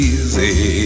Easy